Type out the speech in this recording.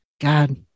God